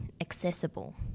accessible